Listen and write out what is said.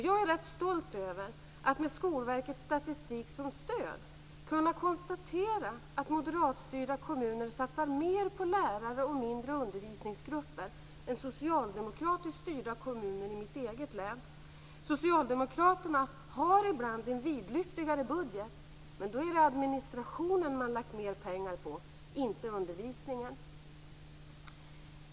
Jag är rätt stolt över att med Skolverkets statistik som stöd kunna konstatera att moderatstyrda kommuner satsar mer på lärare och mindre undervisningsgrupper än socialdemokratiskt styrda kommuner i mitt eget län. Socialdemokraterna har ibland en vidlyftigare budget, men då är det administrationen som man har lagt mer pengar på, inte undervisningen.